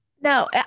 No